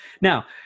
Now